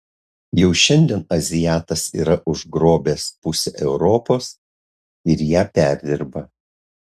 jau šiandien azijatas yra užgrobęs pusę europos ir ją perdirba